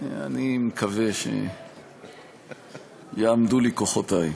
אני מקווה שיעמדו לי כוחותי.